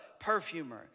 perfumer